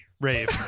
Rave